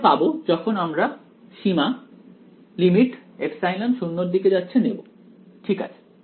আমরা পাব যখন আমরা সীমা নেব ঠিক আছে